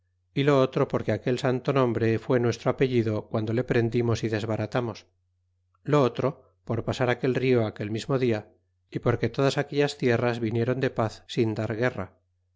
y lo otro porque aquel santo nombre fue nuestro apellido guando le prendimos y desbaratamos lo otro por pasar aquel rio aquel mismo dia y porque todas aquellas tierras vinieron de paz sin dar guerra